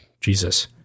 Jesus